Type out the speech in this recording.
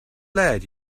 lad